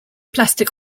plastic